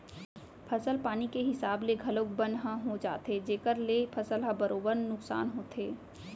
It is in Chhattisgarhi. फसल पानी के हिसाब ले घलौक बन ह हो जाथे जेकर ले फसल ह बरोबर नुकसान होथे